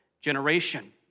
generation